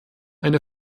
eine